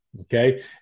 Okay